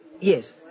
Yes